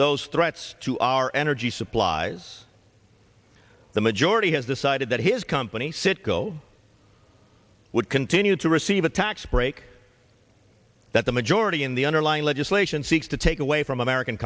those threats to our energy supplies the majority has decided that his company citgo would continue to receive a tax break that the majority in the underlying legislation seeks to take away from american